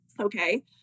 Okay